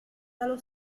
dallo